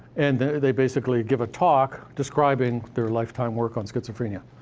and they basically give a talk describing their lifetime work on schizophrenia.